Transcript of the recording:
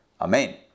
Amen